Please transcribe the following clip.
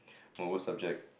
my worst subject